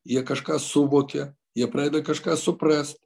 jie kažką suvokia jie pradeda kažką suprast